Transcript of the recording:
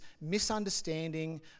misunderstanding